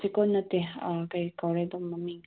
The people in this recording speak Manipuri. ꯆꯦꯀꯣꯟ ꯅꯠꯇꯦ ꯀꯩ ꯀꯥꯎꯔꯦ ꯑꯗꯨ ꯃꯃꯤꯡ